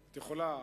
נכבדה,